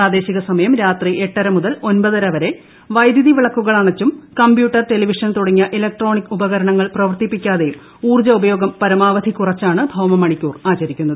പ്രാദേശിക സമയം രാത്രി എട്ടര മുതൽ ഒമ്പതര ്വരെ വൈദ്യൂതി വിളക്കുകൾ അണച്ചും കമ്പ്യൂട്ടർ ടെലിവിഷൻ തുടങ്ങിയ ഇലക്ട്രോണിക് ഉപകരണങ്ങൾ പ്രവർത്തിപ്പിക്കാതെയും ഊർജോപയോഗം പരമാവധി കുറച്ചാണ് ഭൌമ മണിക്കൂർ ആചരിക്കുന്നത്